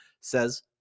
says